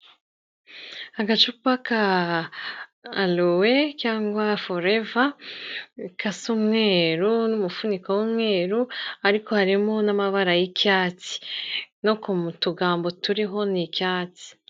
Agacupa ka alowe cyangwa foreva gasa umweru n'umufuniko w'umweru ariko harimo n'amabara y'icyatsi no mu tugambo turiho n'icyatsi.